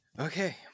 Okay